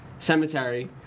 Cemetery